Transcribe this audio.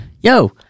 yo